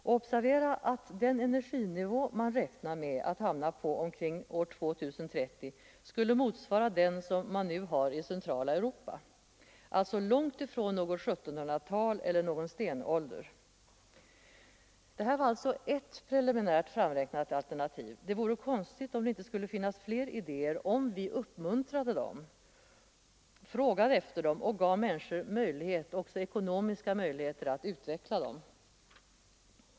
Och observera att den energianvändningsnivå man räknar med att hamna på omkring år 2030 skulle motsvara den som man nu har i centrala Europa — alltså långt ifrån något 1700-tal eller någon stenålder. Det här var alltså ett preliminärt framräknat alternativ. Det vore konstigt om det inte skulle finnas fler idéer ifall vi uppmuntrade dem, frågade efter dem och gav människor ekonomiska möjligheter att utveckla dem.